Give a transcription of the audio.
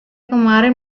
kemarin